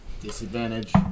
Disadvantage